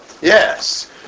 Yes